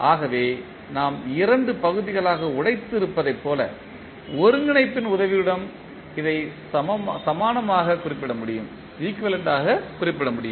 ஆகவே நாம் இரண்டு பகுதிகளாக உடைத்து இருப்பதைப்போல ஒருங்கிணைப்பின் உதவியுடன் இதை சமானமாக குறிப்பிட முடியும்